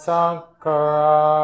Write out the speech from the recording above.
Sankara